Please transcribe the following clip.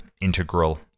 integral